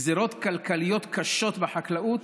גזרות כלכליות קשות בחקלאות